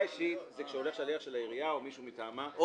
אישית זה אומר שליח של העירייה או מישהו מטעמה.